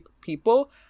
people